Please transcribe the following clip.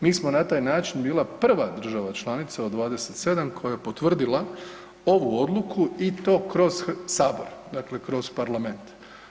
Mi smo na taj način bila prva država članica od 27 koja je potvrdila ovu odluku i to kroz Sabor, dakle kroz Parlament.